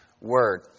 word